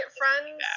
friends